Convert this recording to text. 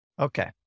Okay